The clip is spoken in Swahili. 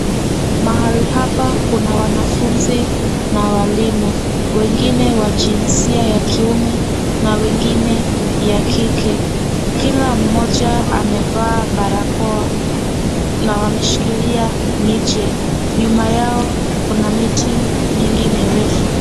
Mahali hapa kuna wanafunzi na walimu, wengine wa jinsia ya kiume na wengine ya kike. Kila mmoja amevaa barakoa na wameshikilia miche. Nyuma yao kuna miti mingi mirefu.